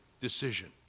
decision